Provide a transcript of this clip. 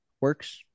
works